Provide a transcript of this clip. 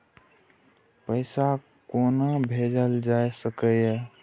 पैसा कोना भैजल जाय सके ये